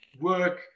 work